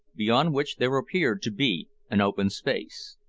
beyond which there appeared to be an open space.